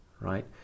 right